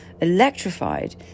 electrified